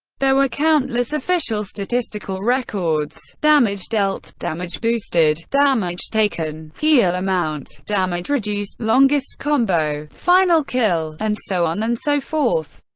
there were countless official statistical records damage dealt, damage boosted, damage taken, heal amount, damage reduced, longest combo, final kill, and so on and so forth.